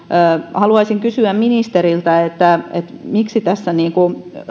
haluaisin kysyä ministeriltä miksi tässä